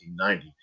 1990